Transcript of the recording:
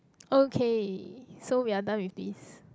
okay so we are done with this